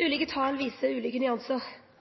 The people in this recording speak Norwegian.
Ulike tal viser ulike nyansar.